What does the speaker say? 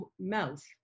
mouth